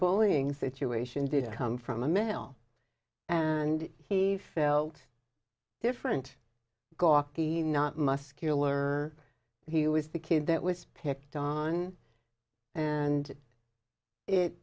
bullying situation didn't come from a male and he felt different gawky not muscular he was the kid that was picked on and it